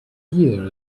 year